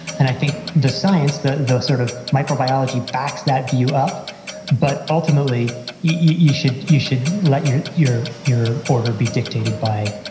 and i think the science, the the sort of microbiology, backs that view up but ultimately you should you should let your your order be dictated by,